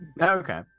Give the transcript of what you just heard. Okay